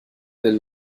del